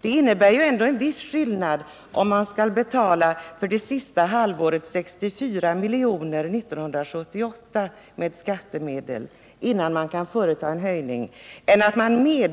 Det innebär ändå en viss skillnad om man för sista halvåret 1978 betalar 64 milj.kr. med skattemedel innan man företar en höjning jämfört med när